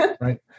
Right